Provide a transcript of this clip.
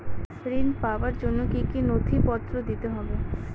ঋণ পাবার জন্য কি কী নথিপত্র দিতে হবে?